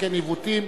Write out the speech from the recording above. המתקן עיוותים.